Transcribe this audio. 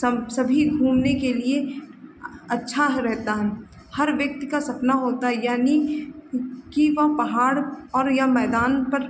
सभी घूमने के लिए अच्छा रहता है हर व्यक्ति का सपना होता है यानी कि वह पहाड़ और या मैदान पर